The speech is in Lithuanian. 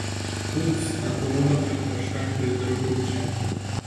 ups atrodo kad kažką pridirbau čia